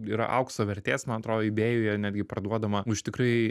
yra aukso vertės man atrodo eibėjuje netgi parduodama už tikrai